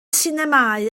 sinemâu